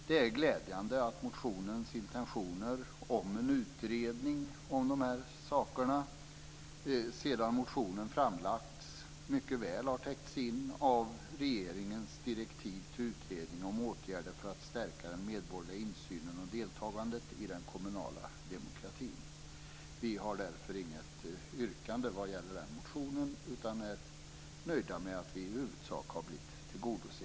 Det är glädjande att sedan motionen väckts har dess intentioner om en utredning av de här sakerna mycket väl täckts in av regeringens direktiv till en utredning om åtgärder för att stärka den medborgerliga insynen och deltagandet i den kommunala demokratin. Vi har därför inget yrkande när det gäller den motionen. Vi är nöjda med att våra krav i huvudsak har blivit tillgodosedda.